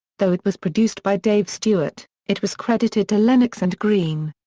though it was produced by dave stewart, it was credited to lennox and green.